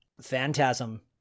phantasm